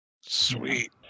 Sweet